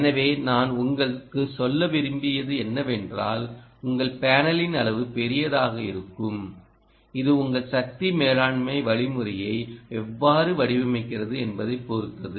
எனவே நான் உங்கள் சொல்ல விரும்பியது என்னவென்றால் உங்கள் பேனலின் அளவு பெரியதாக இருக்கும் இது உங்கள் சக்தி மேலாண்மை வழிமுறையை எவ்வாறு வடிவமைக்கிறது என்பதைப் பொறுத்தது